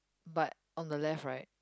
but on the left right